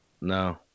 No